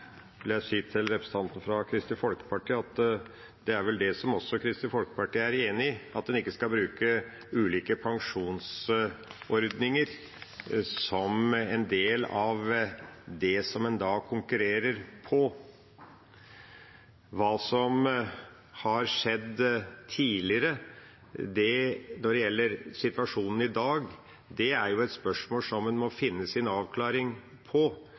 Jeg vil si til representanten for Kristelig Folkeparti at Kristelig Folkeparti er vel enig i at man ikke skal bruke ulike pensjonsordninger som en del av grunnlaget som man konkurrerer på. Hva som har skjedd tidligere, i forhold til situasjonen i dag, er et spørsmål som man må finne en avklaring på,